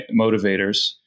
motivators